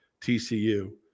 TCU